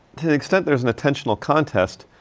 to the extent there's an attentional contest,